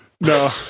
no